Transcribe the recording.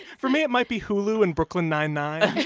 for me, it might be hulu and brooklyn nine-nine.